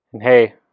Hey